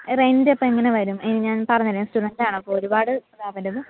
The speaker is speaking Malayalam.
റെൻ്റ് അപ്പം എങ്ങനെ വരും ഞാൻ പറഞ്ഞല്ലോ ഞാൻ സ്റ്റുഡൻ്റ് ആണ് അപ്പോൾ ഒരുപാട് ഇതാവരുത്